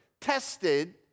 tested